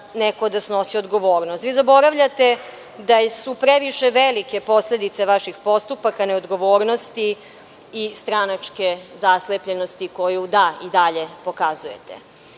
neko da snosi odgovornost. Vi zaboravljate da su previše velike posledice vaših postupaka, neodgovornosti i stranačke zaslepljenosti koju, da, i dalje pokazujete.Za